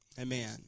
amen